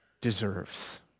deserves